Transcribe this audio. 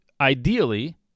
ideally